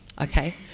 Okay